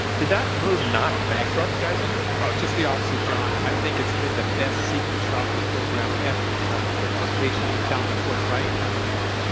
did that move not bankrupt geisinger? oh, just the opposite, john. i think it's been the best secret shopper program ever in healthcare. our patients are telling us what's right and what's wrong.